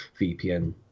VPN